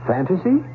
Fantasy